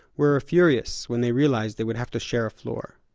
were furious when they realized they would have to share a floor.